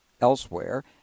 elsewhere